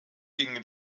gingen